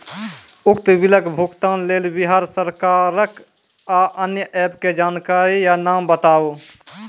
उक्त बिलक भुगतानक लेल बिहार सरकारक आअन्य एप के जानकारी या नाम बताऊ?